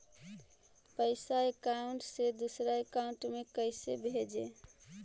पैसा अकाउंट से दूसरा अकाउंट में कैसे भेजे?